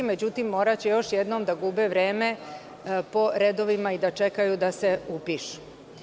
Međutim, moraće još jednom da gube vreme po redovima i da čekaju da se upišu.